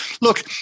Look